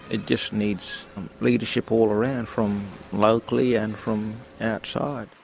it just needs leadership all around from locally and from outside.